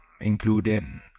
including